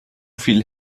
viel